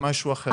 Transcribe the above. זה משהו אחר.